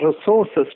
resources